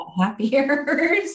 happier